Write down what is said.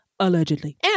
Allegedly